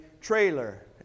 Trailer